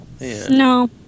No